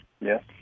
Yes